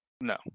No